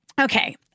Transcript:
okay